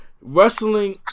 Wrestling